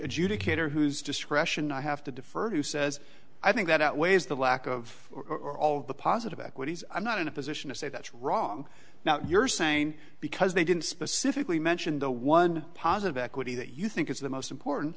adjudicator whose discretion i have to defer to says i think that outweighs the lack of or all the positive equities i'm not in a position to say that's wrong now you're saying because they didn't specifically mention the one positive equity that you think is the most important